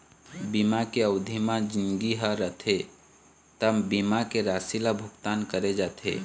बीमा के अबधि म जिनगी ह रथे त बीमा के राशि ल भुगतान करे जाथे